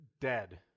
dead